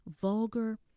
vulgar